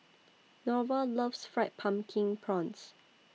Norval loves Fried Pumpkin Prawns